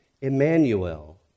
Emmanuel